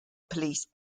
police